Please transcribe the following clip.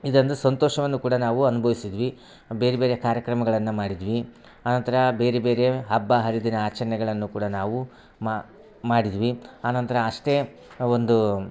ಇದಂದು ಸಂತೋಷವನ್ನು ಕೂಡ ನಾವು ಅನ್ಭವಿಸಿದ್ವಿ ಬೇರ್ಬೇರೆ ಕಾರ್ಯಕ್ರಮಗಳನ್ನ ಮಾಡಿದ್ವಿ ಆನಂತ್ರ ಬೇರೆ ಬೇರೆ ಹಬ್ಬ ಹರಿದಿನ ಆಚರಣೆಗಳನ್ನು ಕೂಡ ನಾವು ಮಾಡಿದ್ವಿ ಆನಂತ್ರ ಅಷ್ಟೇ ಒಂದು